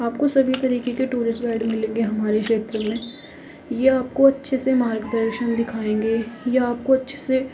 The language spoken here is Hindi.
आपको सभी तरीके के टूरिस्ट गाइड मिलेंगे हमारे क्षेत्र में यह आपको अच्छे से मार्गदर्शन दिखाएंगे यह आपको अच्छे से